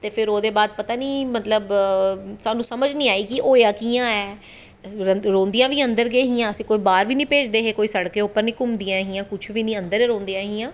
ते फिर ओह्दे बाद पता नी मतलव साह्नू समझ नी आई कि होएआ कियां ऐ रौंह्दियां बी अन्दर गै हियां अस कोई बाह्र बी नेंई भेजदे हे सड़कें पर नी घूमदियां हां अन्दर गै रौंह्दियां हां